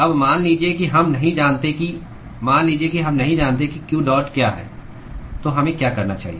अब मान लीजिए कि हम नहीं जानते कि मान लीजिए कि हम नहीं जानते कि q डॉट क्या है तो हमें क्या करना चाहिए